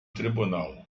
tribunal